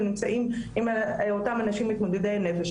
ונמצאות עם אותם אנשים מתמודדי נפש.